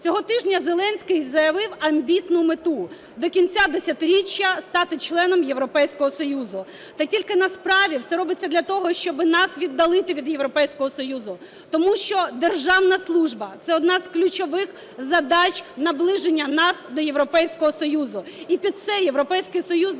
Цього тижня Зеленський заявив амбітну мету – до кінця десятиріччя стати членом Європейського Союзу. Та тільки на справі все робиться для того, щоб нас віддалити від Європейського Союзу, тому що державна служба – це одна із ключових задач наближення нас до Європейського Союзу.